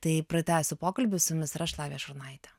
tai pratęsiu pokalbį su jumis ir aš lavija šurnaitė